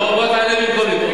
בוא תעלה במקומי.